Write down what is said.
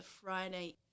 Friday